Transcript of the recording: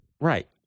right